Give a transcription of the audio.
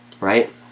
right